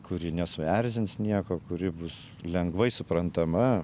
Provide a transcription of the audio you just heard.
kuri nesuerzins nieko kuri bus lengvai suprantama